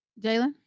Jalen